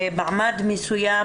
במעמד מסוים,